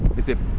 is it